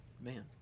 man